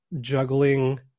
juggling